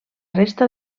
resta